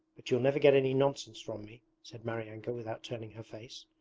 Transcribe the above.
but you'll never get any nonsense from me said maryanka without turning her face.